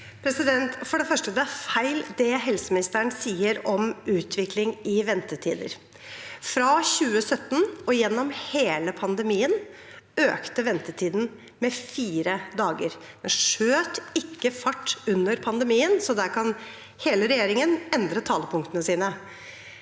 For det før- ste: Det helseministeren sier om utviklingen i ventetider, er feil. Fra 2017 og gjennom hele pandemien økte ventetidene med fire dager. Den skjøt ikke fart under pandemien, så der kan hele regjeringen endre talepunktene sine.